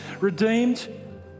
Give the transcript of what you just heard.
redeemed